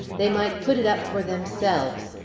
they might put it up for themselves,